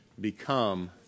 become